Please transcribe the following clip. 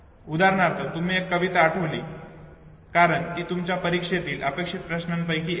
उदाहरणार्थ तुम्ही एक कविता आठवली कारण ती तुमच्या परीक्षेतील अपेक्षित प्रश्नांपैकी एक होती